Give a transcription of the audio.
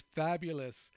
fabulous